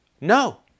No